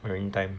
maritime